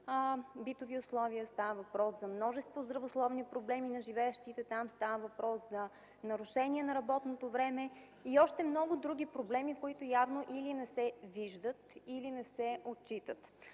битови условия, става въпрос за множество здравословни проблеми на живеещите там, за нарушение на работното време и още много други проблеми, които явно или не се виждат, или не се отчитат.